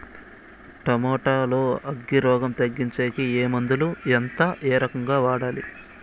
Tomato లో అగ్గి రోగం తగ్గించేకి ఏ మందులు? ఎంత? ఏ రకంగా వాడాలి?